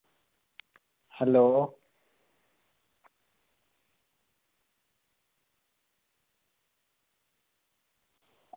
hello